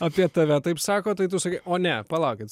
apie tave taip sako tai tu sakai o ne palaukit